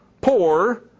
poor